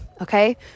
Okay